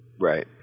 Right